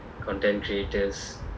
content creators